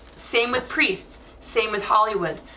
same with priest, same with hollywood,